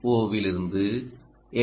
ஓவிலிருந்து L